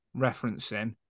referencing